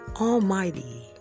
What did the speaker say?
almighty